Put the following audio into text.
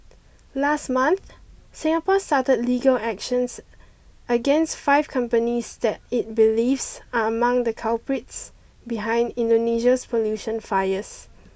last month Singapore started legal actions against five companies that it believes are among the culprits behind Indonesia's pollution fires